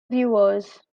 viewers